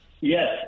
Yes